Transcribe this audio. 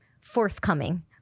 forthcoming